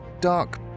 dark